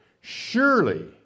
surely